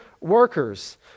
workers